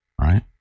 right